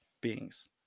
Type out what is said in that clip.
beings